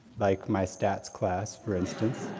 like my stats class, for instance.